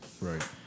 Right